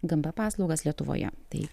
gmp paslaugas lietuvoje tai